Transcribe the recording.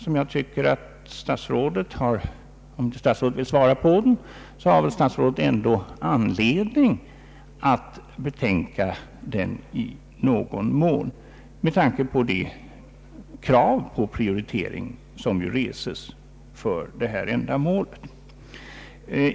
Om inte statsrådet vill svara på denna fråga, har statsrådet väl ändå anledning att betänka den i någon mån med hänsyn till de krav på prioritering som reses för det här ändamålet.